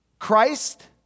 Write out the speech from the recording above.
Christ